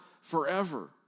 forever